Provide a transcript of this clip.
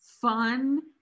fun